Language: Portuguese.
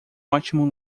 ótimo